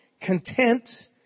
content